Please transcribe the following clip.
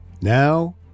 Now